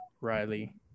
Riley